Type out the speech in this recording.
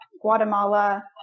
Guatemala